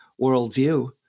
worldview